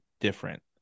different